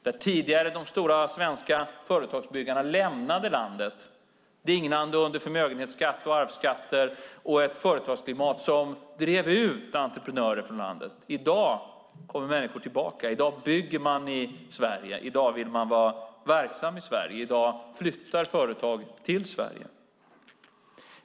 Där tidigare de stora svenska företagsbyggarna lämnade landet dignande under förmögenhetsskatt, arvsskatter och ett företagsklimat som drev ut entreprenörer från landet kommer i dag människor tillbaka. I dag bygger man i Sverige. I dag vill man vara verksam i Sverige. I dag flyttar företag till Sverige.